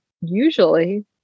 usually